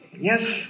yes